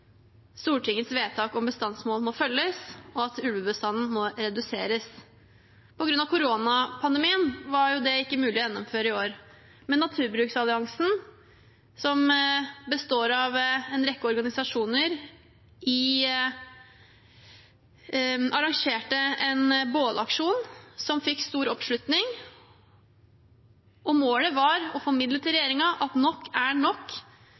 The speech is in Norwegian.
Stortingets vedtak om bestandsmål må følges, og at ulvebestanden må reduseres. På grunn av koronapandemien var ikke det mulig å gjennomføre i år, men Naturbruksalliansen, som består av en rekke organisasjoner, arrangerte en bålaksjon som fikk stor oppslutning. Målet var å formidle til regjeringen at nok er nok,